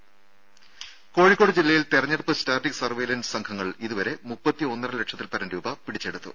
രംഭ കോഴിക്കോട് ജില്ലയിൽ തെരഞ്ഞെടുപ്പ് static surveillance സംഘങ്ങൾ ഇതുവരെ മുപ്പത്തി ഒന്നര ലക്ഷത്തിൽ പരം രൂപ പിടിച്ചെടുത്തു